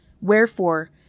Wherefore